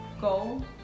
go